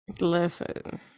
listen